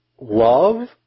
love